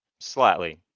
slightly